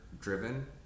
driven